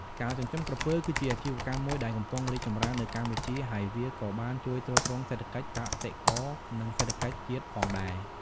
ការចិញ្ចឹមក្រពើ គឺជាអាជីវកម្មមួយដែលកំពុងរីកចម្រើននៅកម្ពុជា ហើយវាក៏បានជួយទ្រទ្រង់សេដ្ឋកិច្ចកសិករ និងសេដ្ឋកិច្ចជាតិផងដែរ។